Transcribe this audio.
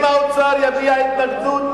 אם האוצר יביע התנגדות,